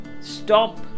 stop